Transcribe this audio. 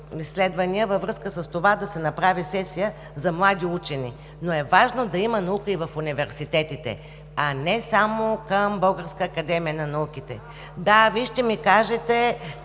във връзка с това да се направи сесия за млади учени, но е важно да има наука и в университетите, а не само към Българска академия на науките. МИЛЕНА ДАМЯНОВА